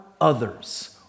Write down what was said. others